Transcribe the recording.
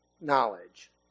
knowledge